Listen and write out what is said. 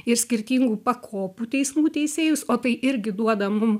ir skirtingų pakopų teismų teisėjus o tai irgi duoda mum